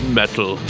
metal